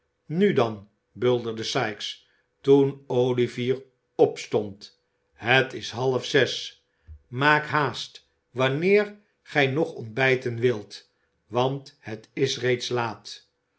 nu dan bulderde sikes toen olivier opstond het is half zes maak haast wanneer gij nog ontbijten wilt want het is reeds laat